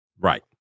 Right